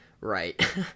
Right